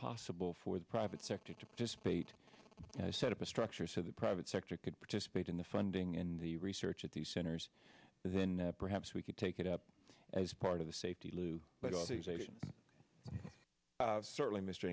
possible for the private sector to participate and set up a structure so the private sector could participate in the funding and the research at the centers then perhaps we could take it up as part of the safety lou